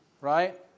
right